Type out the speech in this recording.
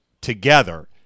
together